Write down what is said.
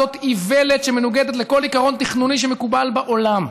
זאת איוולת שמנוגדת לכל עיקרון תכנוני שמקובל בעולם.